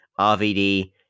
RVD